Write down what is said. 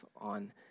on